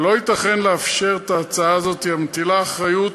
ולא ייתכן לאפשר את ההצעה הזאת, המטילה אחריות